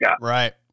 right